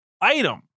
item